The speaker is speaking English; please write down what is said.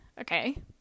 okay